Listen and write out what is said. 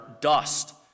dust